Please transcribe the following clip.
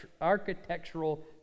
architectural